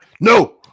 no